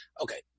Okay